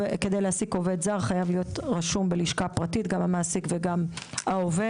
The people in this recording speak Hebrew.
כדי להעסיק עובד זר חייב להיות רשום בלשכה פרטית גם המעסיק וגם העובד.